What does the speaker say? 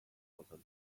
بازم